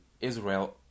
Israel